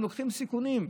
לוקחים סיכונים.